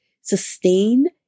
sustain